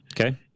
Okay